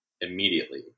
immediately